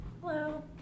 Hello